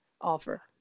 offer